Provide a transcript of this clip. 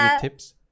tips